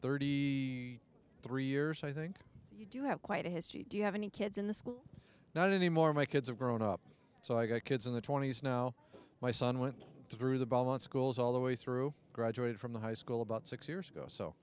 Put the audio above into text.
thirty three years i think you do have quite a history do you have any kids in the school not anymore my kids are grown up so i got kids in the twenty's now my son went through the ballance schools all the way through graduated from the high school about six years ago so